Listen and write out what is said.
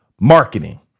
marketing